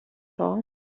thought